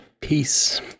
peace